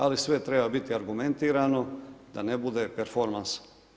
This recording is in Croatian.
Ali sve treba biti argumentirano da ne bude performans.